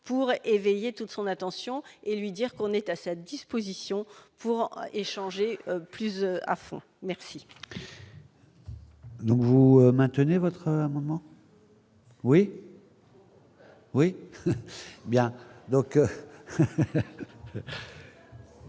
pourrait éveiller toute son attention et lui dire qu'on est à sa disposition pour échanger Please à fond, merci. Donc vous maintenez votre amendement. Oui oui bien